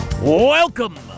Welcome